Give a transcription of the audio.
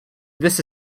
this